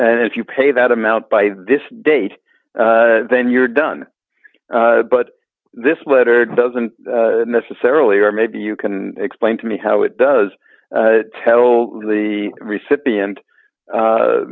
and if you pay that amount by this date then you're done but this letter doesn't necessarily or maybe you can explain to me how it does tell the recipient